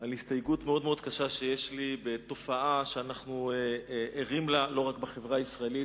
מאוד-מאוד קשה שיש לי מתופעה שאנחנו ערים לה לא רק בחברה הישראלית,